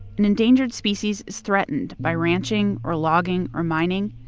an endangered species is threatened by ranching or logging or mining,